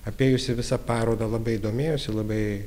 apėjusi visą parodą labai domėjosi labai